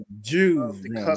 Jews